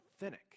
authentic